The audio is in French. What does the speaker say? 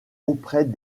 auprès